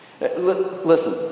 Listen